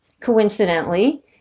coincidentally